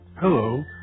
Hello